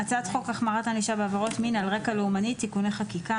הצעת חוק החמרת ענישה בעבירות מין על רקע לאומני (תיקוני חקיקה),